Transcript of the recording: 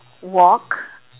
walk